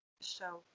show